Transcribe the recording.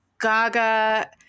Gaga